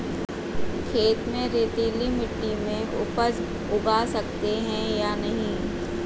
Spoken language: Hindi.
खेत में रेतीली मिटी में उपज उगा सकते हैं या नहीं?